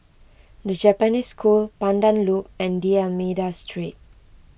the Japanese School Pandan Loop and D'Almeida Street